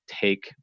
take